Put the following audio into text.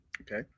Okay